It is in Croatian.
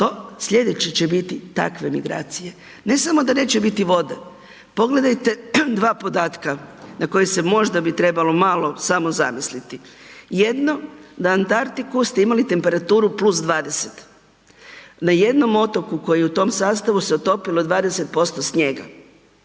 To sljedeće će biti takve migracije. Ne samo da neće biti vode, pogledajte dva podatka na koje se možda bi trebalo malo samo zamisliti. Jedno, na Antarktiku ste imali +20. Na jednom otoku koji je u tom sastavu se otopilo 20% snijega.